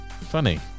Funny